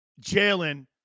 Jalen